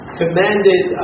commanded